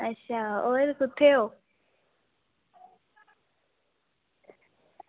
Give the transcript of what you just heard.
अच्छा होर कुत्थें ओ